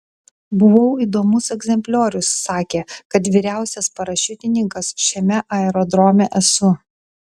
buvau įdomus egzempliorius sakė kad vyriausias parašiutininkas šiame aerodrome esu